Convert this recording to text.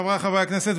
חבריי חברי הכנסת,